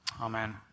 Amen